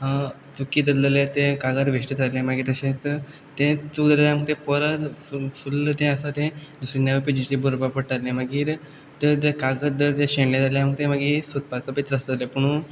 चुकील्लें तें कागद बेश्टेंच धरलें मागीर तशेंच तें चूक जाल्यार आमकां तें परत फूल फूल्ल तें आसा तें दुसरे नवें पेजीचेर बरोवपा पडटालें मागीर धर तें कागद धर तें शेंणलें जाल्यार आमकां तें मागीर सोदपाचो बीन त्रास जातालें पुणून